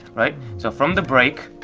right? so from the break,